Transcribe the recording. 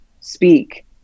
speak